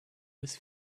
with